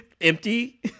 empty